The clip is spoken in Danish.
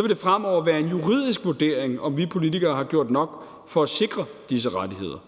vil det fremover være en juridisk vurdering, om vi politikere har gjort nok for at sikre disse rettigheder.